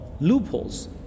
loopholes